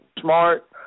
smart